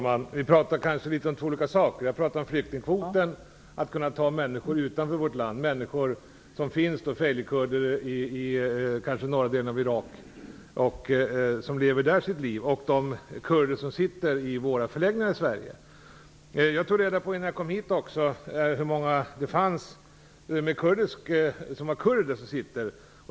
Fru talman! Vi talar kanske om litet olika saker. Jag talar om flyktingkvoten, om att kunna ta emot människor från utanför vårt land, som feilikurder i norra delen av Irak, som lever där sitt liv, och de kurder som sitter i våra förläggningar. Jag tog reda på innan jag kom hit hur många kurder det finns i förläggningar.